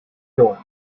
york